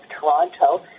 Toronto